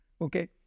Okay